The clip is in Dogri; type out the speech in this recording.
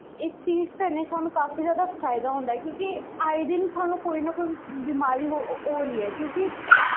इस चीज कन्नै सानू ब्हौत जैदा फायदा होंदा ऐ क्योंकि आए दिन कोई ना कोई बमारी होआ दी ऐ क्योंकि